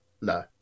No